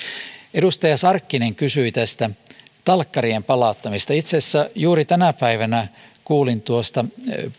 edustaja sarkkinen kysyi talkkarien palauttamisesta itse asiassa juuri tänä päivänä kuulin tuosta